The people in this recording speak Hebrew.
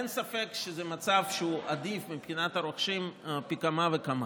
אין ספק שזה מצב שהוא עדיף מבחינת הרוכשים פי כמה וכמה.